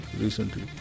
recently